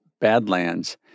Badlands